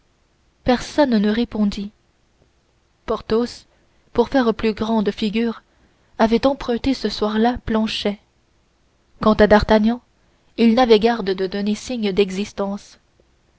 personne ne répondit porthos pour faire plus grande figure avait emprunté ce soir-là planchet quant à d'artagnan il n'avait garde de donner signe d'existence